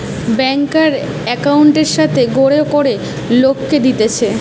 ব্যাংকার একউন্টের সাথে গটে করে লোককে দিতেছে